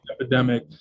epidemic